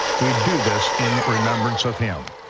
we do this in remembrance of him.